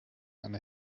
eine